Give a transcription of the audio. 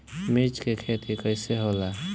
मिर्च के खेती कईसे होला?